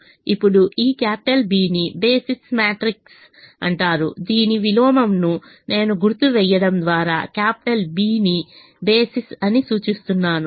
ఇప్పుడు ఈ క్యాపిటల్B ని బేసిస్ మ్యాట్రిక్స్ అంటారు దీని విలోమం ను నేను గుర్తు వేయడం ద్వారా క్యాపిటల్B ని బేసిస్ అని సూచిస్తున్నాను